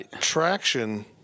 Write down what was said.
traction